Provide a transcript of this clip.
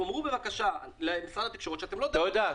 תאמרו בבקשה למשרד התקשורת שאתם לא --- תודה.